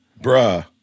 Bruh